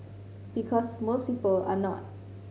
because most people are not